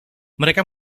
mereka